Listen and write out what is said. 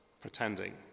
pretending